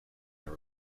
been